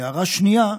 הערה שנייה,